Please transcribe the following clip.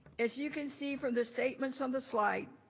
as you can see from the statements on the slide,